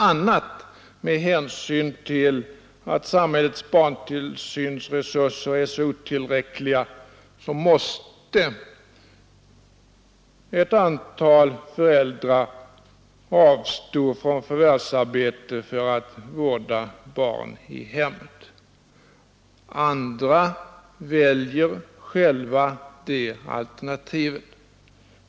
a. med hänsyn till att samhällets barntillsynsresurser är så otillräckliga måste ett antal föräldrar avstå från förvärvsarbete för att vårda barn i hemmet. Andra väljer själva det alternativet.